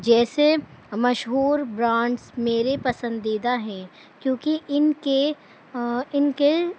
جیسے مشہور برانڈس میرے پسندیدہ ہیں کیونکہ ان کے ان کے